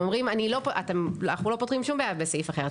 אומרים שאנחנו לא פותרים שום בעיה בסעיף אחר,